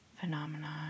phenomenon